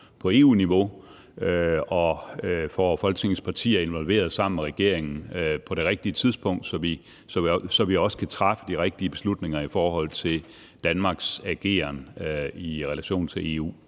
på EU-niveau, og får Folketingets partier involveret sammen med regeringen på det rigtige tidspunkt, så vi også kan træffe de rigtige beslutninger i forhold til Danmarks ageren i relation til EU.